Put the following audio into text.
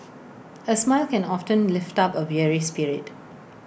A smile can often lift up A weary spirit